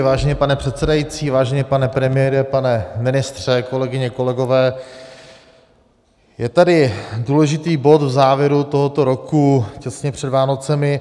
Vážený pane předsedající, vážený pane premiére, pane ministře, kolegyně, kolegové, je tady důležitý bod v závěru tohoto roku těsně před Vánocemi.